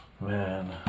man